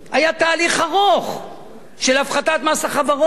היה תהליך ארוך של הפחתת מס החברות.